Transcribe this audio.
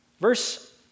Verse